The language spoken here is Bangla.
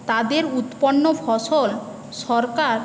তাদের উৎপন্ন ফসল সরকার